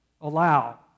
allow